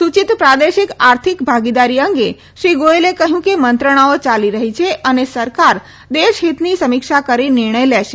સૂચિત પ્રાદેશિક આર્થિક ભાગીદારી અંગે શ્રી ગોયલે કહ્યું કે મંત્રણાઓ યાલી રહી છે અને સરકાર દેશહિતની સમીક્ષા કરી નિર્ણય લેશે